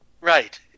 Right